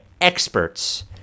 experts